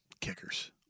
kickers